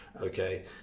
okay